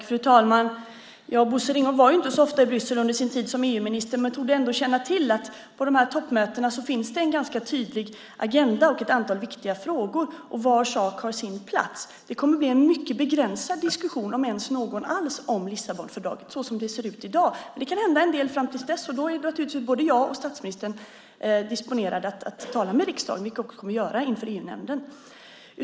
Fru talman! Bosse Ringholm var inte så ofta i Bryssel under sin tid som EU-minister men torde ändå känna till att det finns en ganska tydlig agenda och ett antal viktiga frågor på de här toppmötena. Var sak har sin plats. Det kommer att bli en mycket begränsad diskussion, om ens någon alls, om Lissabonfördraget såsom det ser ut i dag, men det kan hända en del fram till dess. Då är naturligtvis både jag och statsministern disponerade att tala med riksdagen, vilket vi också kommer att göra inför EU-nämnden.